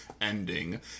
ending